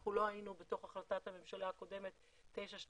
אנחנו לא היינו בתוך החלטת הממשלה הקודמת 922,